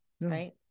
right